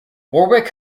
warwick